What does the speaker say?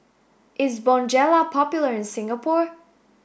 is Bonjela popular in Singapore